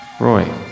Roy